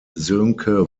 sönke